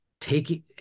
taking